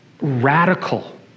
radical